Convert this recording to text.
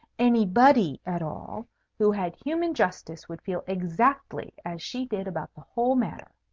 anybody at all who had human justice would feel exactly as she did about the whole matter.